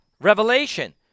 revelation